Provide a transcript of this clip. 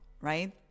right